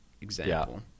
example